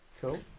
Cool